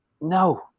no